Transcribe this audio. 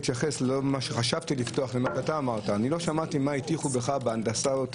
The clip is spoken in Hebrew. לא שמעתי מה הטיחו בך בהנדסה,